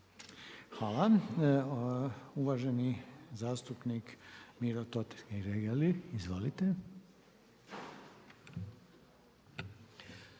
Hvala. Uvaženi zastupnik Miro Totgergeli, izvolite.